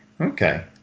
Okay